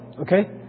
okay